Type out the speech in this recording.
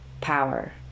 power